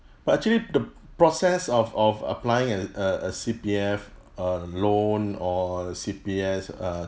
but actually the process of of applying a a a C_P_F uh loan or C_P_F uh